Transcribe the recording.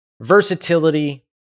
Versatility